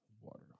water